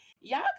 y'all